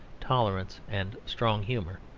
tolerance and strong humour,